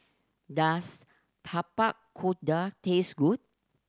does Tapak Kuda taste good